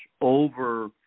over